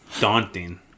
Daunting